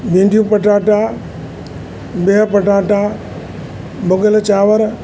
भिंडियूं पटाटा बिह पटाटा भुॻल चांवर